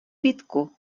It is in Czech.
bitku